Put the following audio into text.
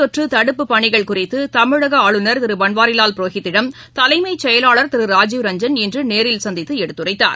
தொற்றுதடுப்புப்பணிகள் குறித்துதமிழகஆளுநர் நோய் திருபன்வாரிலால் புரோஹித்திடம் தலைமைச்செயலாளர் திருராஜீவ் ரஞ்சன் இன்றுநேரில் சந்தித்துஎடுத்துரைத்தார்